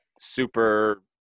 super